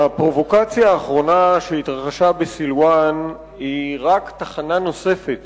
הפרובוקציה האחרונה שהתרחשה בסילואן היא רק תחנה נוספת